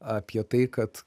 apie tai kad